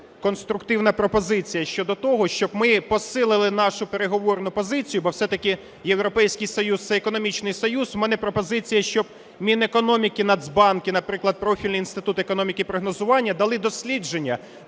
конструктивна пропозиція щодо того, щоб ми посилили нашу переговорну позицію, бо все-таки Європейський Союз – це економічний союз. В мене пропозиція, щоб Мінекономіки, Нацбанк, наприклад, профільний Інститут економіки і прогнозування дали дослідження,